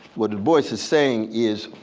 what du bois is saying is